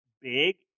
big